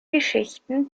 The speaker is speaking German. geschichten